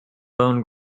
bone